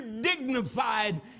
dignified